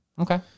okay